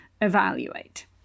evaluate